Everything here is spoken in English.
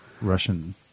Russian